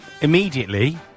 immediately